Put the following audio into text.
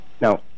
Now